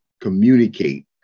communicate